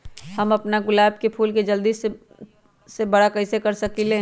हम अपना गुलाब के फूल के जल्दी से बारा कईसे कर सकिंले?